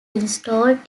installed